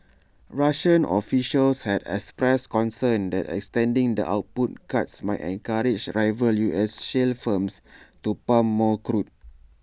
Russian officials had expressed concern that extending the output cuts might encourage rival U S shale firms to pump more crude